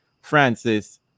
Francis